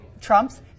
Trumps